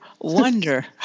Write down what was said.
wonder